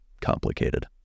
complicated